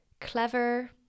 clever